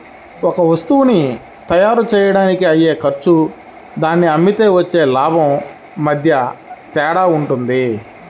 ఒక వత్తువుని తయ్యారుజెయ్యడానికి అయ్యే ఖర్చు దాన్ని అమ్మితే వచ్చే లాభం మధ్య తేడా వుంటది